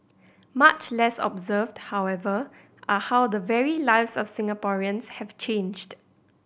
much less observed however are how the very lives of Singaporeans have changed